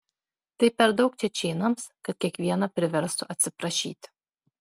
tai per daug čečėnams kad kiekvieną priverstų atsiprašyti